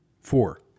four